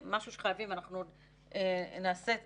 ופה אנחנו חייבים לעבוד עוד יותר קשה כדי להגיע לתוצאה.